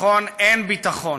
אין ביטחון.